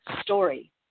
story